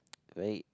wait